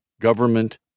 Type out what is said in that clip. government